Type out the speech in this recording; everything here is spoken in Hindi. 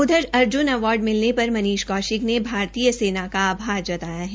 उधर अर्जुन अवॉर्ड मिलने पर मनीष कौशिक ने भारतीय सेना का आभार जताया है